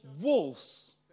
wolves